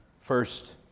First